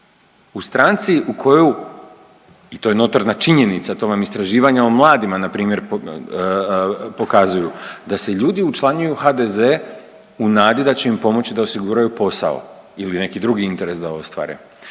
u stranci u koju i to je notorna činjenica to vam istraživanja o mladima npr. pokazuju da se ljudi učlanjuju u HDZ u nadi da će im pomoći da osiguraju posao ili neki drugi interes da ostvare.